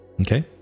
okay